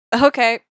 Okay